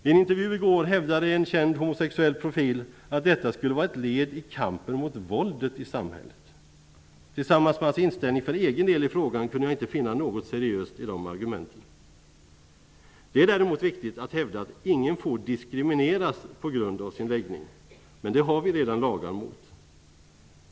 I en intervju i går hävdade en känd homosexuell profil att detta skulle vara ett led i kampen mot våldet i samhället. Tillsammans med hans inställning för egen del i frågan kunde jag inte finna något seriöst i de argumenten. Det är däremot viktigt att hävda att ingen får diskrimineras på grund av sin läggning. Men det har vi redan lagar mot.